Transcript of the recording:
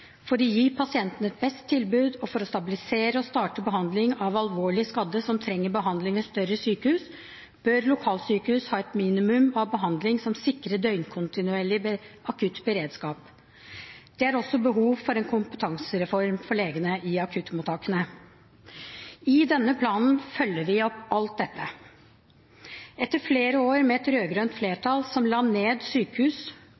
«For å gi pasienten et best mulig tilbud, og for å stabilisere og starte behandlingen av alvorlig skadde som trenger behandling ved større sykehus, bør lokalsykehus ha et minimum av behandling som sikrer døgnkontinuerlig akuttberedskap. Det er også behov for en kompetansereform for legene i akuttmottakene I denne planen følger vi opp alt dette. Etter flere år med et